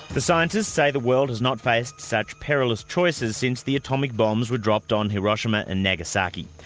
the scientists say the world has not faced such perilous choices since the atomic bombs were dropped on hiroshima and nagasaki.